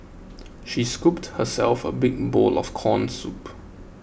she scooped herself a big bowl of Corn Soup